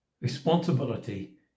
Responsibility